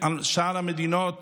ושאר המדינות